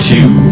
Two